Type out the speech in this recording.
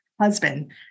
husband